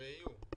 הרי יהיה.